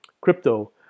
crypto